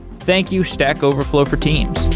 thank you stack overflow for teams.